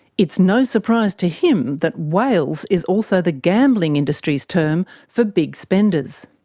it's no surprise to him that whales is also the gambling industry's term for big spenders.